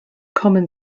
common